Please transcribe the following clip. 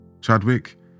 Chadwick